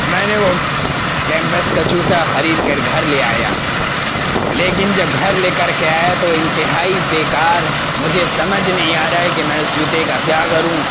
مین نے وہ کیمپس کا جوتا خرید کر گھر لے آیا لیکن جب گھر لے کر کے آیا تو انتہائی بےکار مجھے سمجھ نہیں آ رہا ہے کہ میں اس جوتے کا کیا کروں